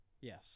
Yes